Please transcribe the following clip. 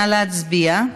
נא להצביע.